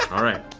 all right.